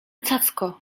cacko